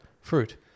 fruit